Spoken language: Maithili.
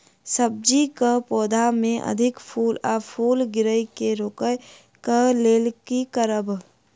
सब्जी कऽ पौधा मे अधिक फूल आ फूल गिरय केँ रोकय कऽ लेल की करब?